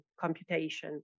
computation